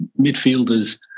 midfielders